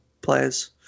players